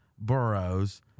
boroughs